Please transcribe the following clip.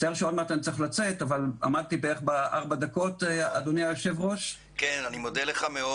אני מודה לך מאוד.